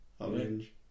Orange